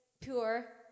pure